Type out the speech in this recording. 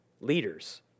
leaders